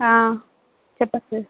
చెప్పండి సార్